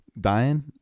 dying